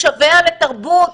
משווע לתרבות,